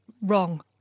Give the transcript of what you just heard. wrong